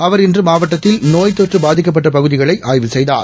அவர் இன்றமாவட்டத்தில் நோய் தொற்றபாதிக்கப்பட்டபகுதிகளைஆய்வு செய்தார்